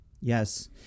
Yes